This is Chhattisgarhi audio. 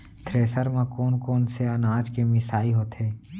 थ्रेसर म कोन कोन से अनाज के मिसाई होथे?